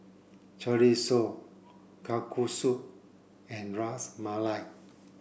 Chorizo Kalguksu and Ras Malai